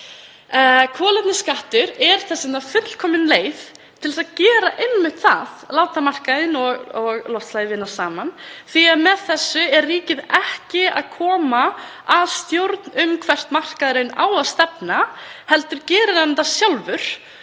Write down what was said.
Kolefnisskattur er þess vegna fullkomin leið til þess að gera einmitt það, að láta markaðinn og loftslagið vinna saman, því með þessu er ríkið ekki að koma að stjórn um hvert markaðurinn eigi að stefna heldur gerir hann það sjálfur